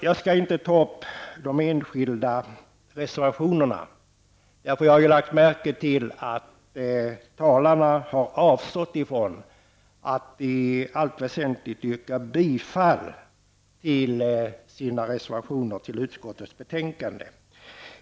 Jag skall inte ta upp de enskilda reservationerna, för jag har ju lagt märke till att talarna i allt väsentligt har avstått från att yrka bifall till sina reservationer vid utskottets betänkande.